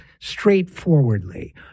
straightforwardly